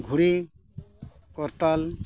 ᱜᱷᱩᱲᱤ ᱠᱚᱨᱛᱟᱞ